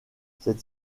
cette